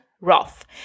Roth